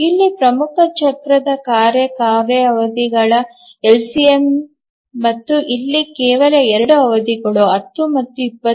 ಇಲ್ಲಿ ಪ್ರಮುಖ ಚಕ್ರವು ಕಾರ್ಯ ಅವಧಿಗಳ ಎಲ್ಸಿಎಂ ಮತ್ತು ಇಲ್ಲಿ ಕೇವಲ 2 ಅವಧಿಗಳು 10 ಮತ್ತು 20 ಇವೆ